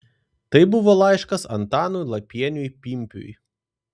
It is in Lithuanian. tai buvo laiškas antanui lapieniui pimpiui